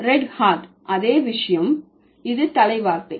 Red Hat அதே விஷயம் இது தலை வார்த்தை